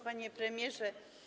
Panie Premierze!